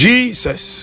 Jesus